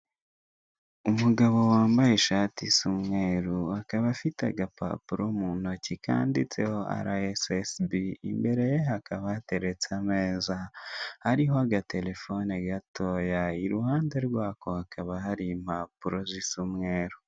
Umugabo wambaye ishati isa umweru akaba afite agapapuro kanditseho ara esi esi bi, imbere ye hakaba hateretse ameza hariho agatelefone gatoya, iruhande rw'ako hakaba hari impapuro zisa umweru.